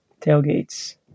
tailgates